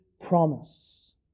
promise